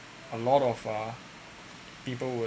a lot of uh people would